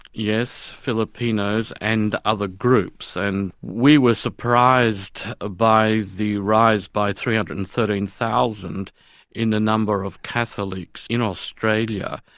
yes, filipinos and other groups, and we were surprised ah by the rise by three hundred and thirteen thousand in the number of catholics in australia,